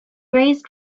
raised